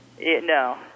no